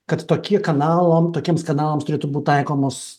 kad tokie kanalam tokiems kanalams turėtų būti taikomos